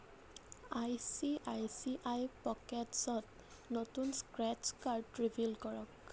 I C I C I পকেটছত নতুন scratch card reveal কৰক